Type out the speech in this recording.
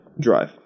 drive